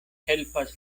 helpas